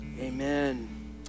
amen